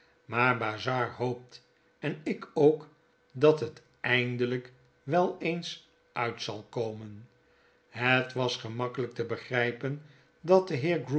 maar bazzard hoopt en ik ook dat het eindelijk wel eens uit zal komen het was gemakkelijk te begrijpen dat